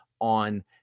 on